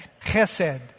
Chesed